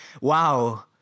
Wow